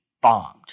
bombed